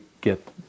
get